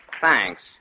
thanks